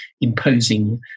imposing